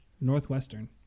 Northwestern